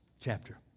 chapter